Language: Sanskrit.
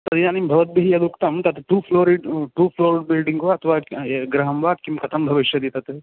तदिदानीं भवद्भिः यदुक्तं तत् two floored two floor building वा अथवा गृहं वा किं कथं भविष्यति तत्